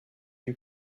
you